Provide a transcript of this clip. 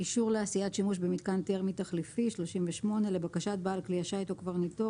"אישור לעשיית שימוש במיתקן תרמי תחליפי לבקשת בעל כלי השיט או קברניטו,